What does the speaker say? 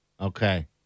Okay